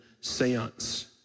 seance